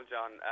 John